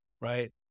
right